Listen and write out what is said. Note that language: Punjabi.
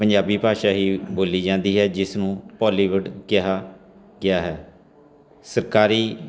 ਪੰਜਾਬੀ ਭਾਸ਼ਾ ਹੀ ਬੋਲੀ ਜਾਂਦੀ ਹੈ ਜਿਸ ਨੂੰ ਪੋਲੀਵੁੱਡ ਕਿਹਾ ਗਿਆ ਹੈ ਸਰਕਾਰੀ